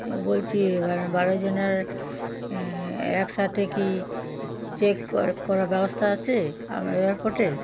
বলছি মানে বারোজনের একসাথে কি চেক কর করার ব্যবস্থা আছে আমার এয়ারপোর্টে